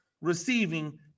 receiving